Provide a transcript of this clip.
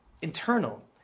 internal